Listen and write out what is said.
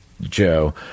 Joe